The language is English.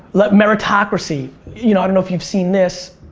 like meritocracy. you know i don't know if you've seen this,